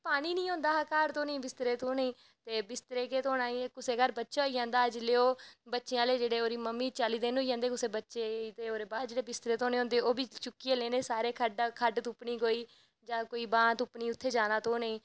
पानी नी होंदा हा धर बिस्तरे धोनें गी ते बिस्तरा केह् दोना कुसै दे घर बच्चा होई जंदा हा ओह् बच्चे आह्ले जेह्ड़े ओह्दे मम्मी गी चाली दिन होई जंदे हे कुसे बच्चे गी ते ओह्दे बाद उसदे बिस्तरे धोने होंदे हे ओह्बी चुक्कियै लेने खड्ड तुप्पनी कोई जां कोई बांऽ तुप्पनी उत्थें जाना दोनें गी